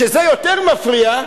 שזה יותר מפריע,